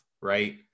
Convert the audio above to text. right